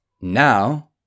Now